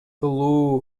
аял